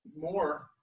more